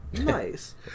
Nice